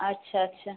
আচ্ছা আচ্ছা